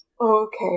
okay